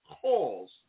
calls